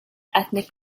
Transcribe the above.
ethnic